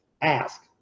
ask